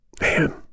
Man